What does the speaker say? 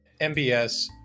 MBS